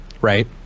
right